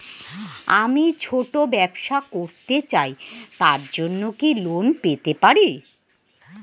আমি ছোট ব্যবসা করতে চাই তার জন্য কি লোন পেতে পারি?